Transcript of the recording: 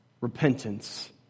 Repentance